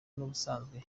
n’ubusanzwe